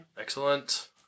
excellent